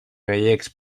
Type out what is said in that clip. gallecs